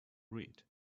read